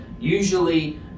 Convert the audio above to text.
usually